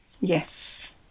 Yes